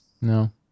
no